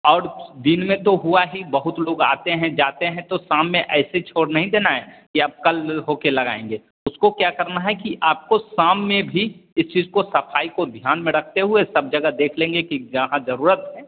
और दिन में तो हुआ ही बहुत लोग आते हैं जाते हैं तो शाम में ऐसे छोड़ नहीं देना है कि अब कल हो कर लगाएँगे उसको क्या करना है कि आपको शाम में भी इस चीज़ को सफाई को ध्यान में रखते हुए सब जगह देख लेंगे कि जहाँ जरूरत है